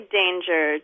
danger